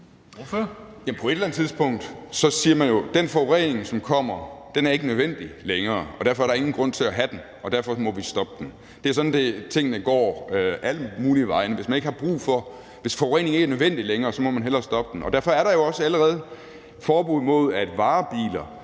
på et eller andet tidspunkt siger man jo, at den forurening, som kommer, ikke er nødvendig længere, og derfor er der ingen grund til at have den, og derfor må vi stoppe den. Det er sådan, tingene går alle mulige vegne. Hvis forureningen ikke er nødvendig længere, så må man hellere stoppe den. Derfor er der jo også allerede forbud mod, at varebiler,